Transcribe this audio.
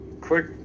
quick